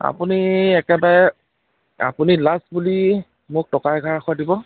আপুনি একেবাৰে আপুনি লাষ্ট বুলি মোক টকা এঘাৰশ দিব